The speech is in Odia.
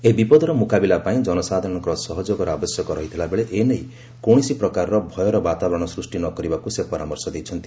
ଏହି ବିପଦର ମ୍ରକାବିଲା ପାଇଁ ଜନସାଧାରଣଙ୍କର ସହଯୋଗର ଆବଶ୍ୟକ ରହିଥିଲାବେଳେ ଏନେଇ କୌଣସି ପ୍ରକାରର ଭୟର ବାତାବରଣ ସୃଷ୍ଟି ନ କରିବାକୁ ସେ ପରାମର୍ଶ ଦେଇଛନ୍ତି